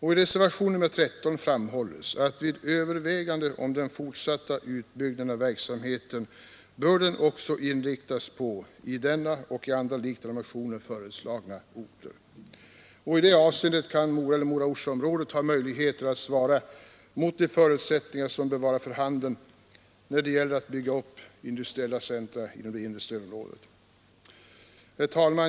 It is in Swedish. I reservation 13 framhålles att överväganden om den fortsatta utbyggnaden av verksamheten bör inriktas på i denna och andra liknande motioner föreslagna orter. I det avseendet kan Mora eller Mora-Orsaområdet ha möjligheter att svara mot de förutsättningar som bör vara för handen när det gäller att bygga upp industriella centra inom det inre stödområdet. Herr talman!